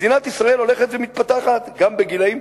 מדינת ישראל הולכת ומתפתחת, גם בגילאים.